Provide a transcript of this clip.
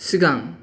सिगां